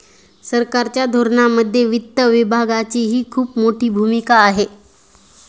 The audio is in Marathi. सरकारच्या धोरणांमध्ये वित्त विभागाचीही खूप मोठी भूमिका आहे